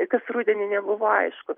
kas rudenį nebuvo aišku